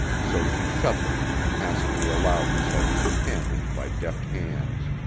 so she shut them and passively allowed herself to be handled by deft hands.